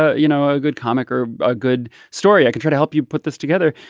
ah you know a good comic or a good story i can try to help you put this together.